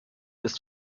ist